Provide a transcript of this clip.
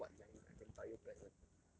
depends on what 养你 I can buy you present